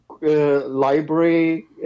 library